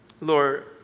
Lord